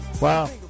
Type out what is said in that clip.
Wow